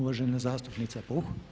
Uvažena zastupnica Puh.